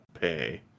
pay